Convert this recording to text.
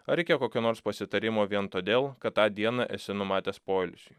ar reikia kokio nors pasitarimo vien todėl kad tą dieną esi numatęs poilsiui